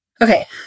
Okay